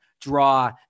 draw